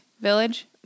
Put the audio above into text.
Village